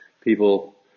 People